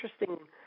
interesting